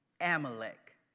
Amalek